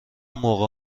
موقع